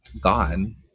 gone